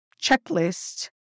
checklist